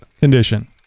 condition